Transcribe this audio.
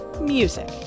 music